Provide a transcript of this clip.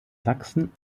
sachsen